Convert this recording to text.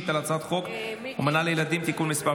על הצעת חוק אומנה לילדים (תיקון מס'